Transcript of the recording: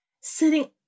Sitting